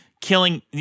killing